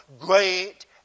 great